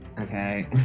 Okay